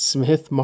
Smith